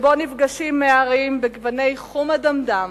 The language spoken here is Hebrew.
שבו נפגשים הרים בגוני חום אדמדם